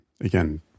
again